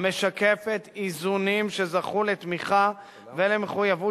המשקף איזונים שזכו לתמיכה ולמחויבות